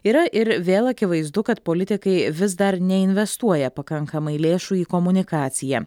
yra ir vėl akivaizdu kad politikai vis dar neinvestuoja pakankamai lėšų į komunikaciją